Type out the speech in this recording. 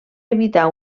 evitar